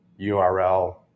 URL